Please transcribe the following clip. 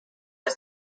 his